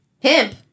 Pimp